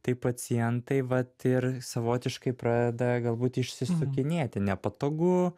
taip pacientai vat ir savotiškai pradeda galbūt išsisukinėti nepatogu